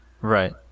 Right